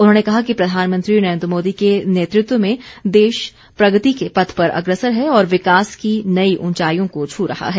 उन्होंने कहा कि प्रधानमंत्री नरेन्द्र मोदी के नेतृत्व में देश प्रगति के पथ पर अग्रसर है और विकास की नई ऊंचाईयों को छू रहा है